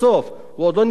עדיין לא נכלל בכלל,